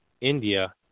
India